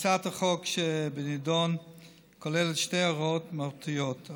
הצעת החוק שבנדון כוללת שתי הוראות מהותיות: